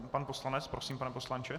Pan poslanec prosím, pane poslanče.